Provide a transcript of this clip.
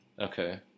Okay